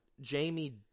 Jamie